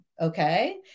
okay